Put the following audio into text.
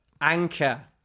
anchor